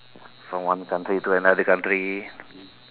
from one country to another country